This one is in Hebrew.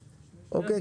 אוקיי?